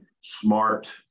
smart